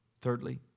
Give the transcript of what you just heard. Thirdly